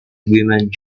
agreement